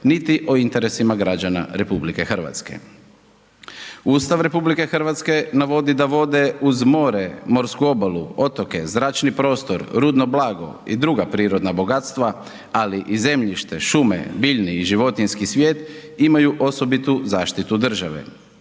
niti o interesima građana RH. Ustav RH navodi da vode uz more, morsku obalu, otoke, zračni prostor, rudno blago i druga prirodna bogatstva, ali i zemljište, šume, biljni i životinjski svijet imaju osobitu zaštitu države,